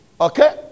Okay